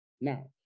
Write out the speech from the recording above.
Now